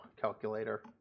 Calculator